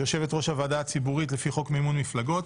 שהיא יושבת-ראש הוועדה הציבורית לפי חוק מימון מפלגות.